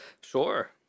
sure